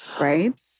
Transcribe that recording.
right